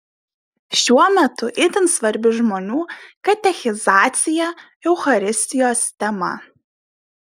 šiuo metu itin svarbi žmonių katechizacija eucharistijos tema